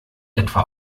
etwa